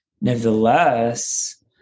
nevertheless